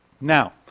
Now